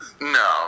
No